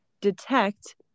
detect